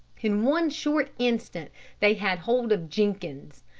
in one short instant they had hold of jenkins.